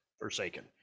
Forsaken